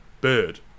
bird